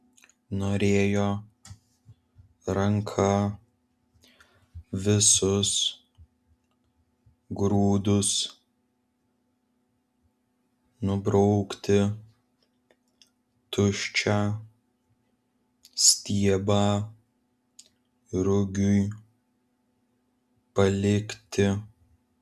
norėjo ranka visus grūdus nubraukti tuščią stiebą rugiui palikti